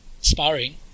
sparring